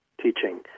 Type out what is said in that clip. teaching